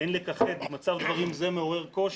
אין לכחד, מצב דברים זה מעורר קושי',